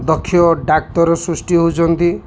ଦକ୍ଷ ଡାକ୍ତର ସୃଷ୍ଟି ହଉଛନ୍ତି